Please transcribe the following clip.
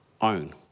own